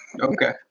Okay